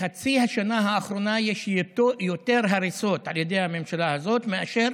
בחצי השנה האחרונה יש יותר הריסות בנגב על ידי הממשלה הזאת מאשר